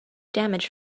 damage